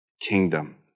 kingdom